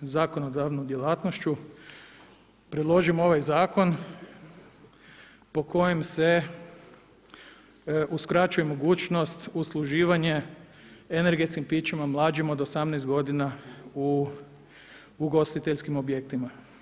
zakonodavnom djelatnošću predložim ovaj zakon po kojem se uskraćuje mogućnost usluživanje energetskim pićima mlađima od 18 godina u ugostiteljskim objektima.